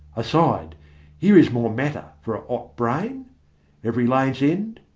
aside here is more matter for a hot brain every lane's end,